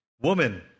Woman